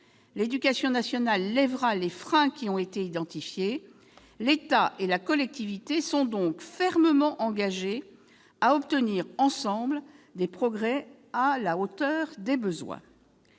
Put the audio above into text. L'éducation nationale lèvera les freins qui ont été identifiés ; l'État et la collectivité seront donc fermement engagés à obtenir, ensemble, des progrès à la hauteur des besoins.